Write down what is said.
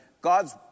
God's